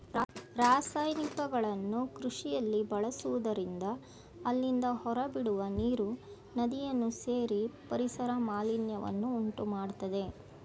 ರಾಸಾಯನಿಕಗಳನ್ನು ಕೃಷಿಯಲ್ಲಿ ಬಳಸುವುದರಿಂದ ಅಲ್ಲಿಂದ ಹೊರಬಿಡುವ ನೀರು ನದಿಯನ್ನು ಸೇರಿ ಪರಿಸರ ಮಾಲಿನ್ಯವನ್ನು ಉಂಟುಮಾಡತ್ತದೆ